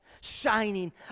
shining